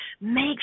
make